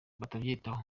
batabyitaho